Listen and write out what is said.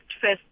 first